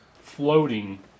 floating